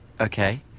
Okay